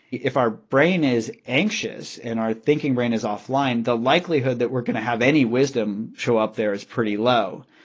if our brain is anxious and our thinking brain is offline, the likelihood that we're going to have any wisdom show up there is pretty low.